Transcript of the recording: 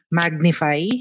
magnify